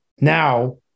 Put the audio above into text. now